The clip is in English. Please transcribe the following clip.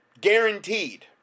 Guaranteed